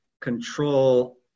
control